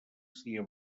sia